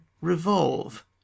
revolve